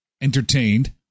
entertained